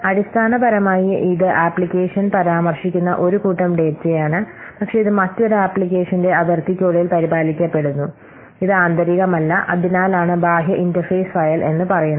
അടിസ്ഥാനപരമായി ഇത് ആപ്ലിക്കേഷൻ പരാമർശിക്കുന്ന ഒരു കൂട്ടം ഡാറ്റയാണ് പക്ഷേ ഇത് മറ്റൊരു ആപ്ലിക്കേഷന്റെ അതിർത്തിക്കുള്ളിൽ പരിപാലിക്കപ്പെടുന്നു ഇത് ആന്തരികമല്ല അതിനാലാണ് ബാഹ്യ ഇന്റർഫേസ് ഫയൽ എന്ന് പറയുന്നത്